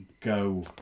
go